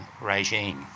regime